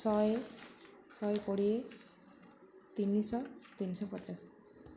ଶହେ ଶହେ କୋଡ଼ିଏ ତିନିଶହ ତିନିଶହ ପଚାଶ